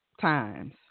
times